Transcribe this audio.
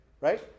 Right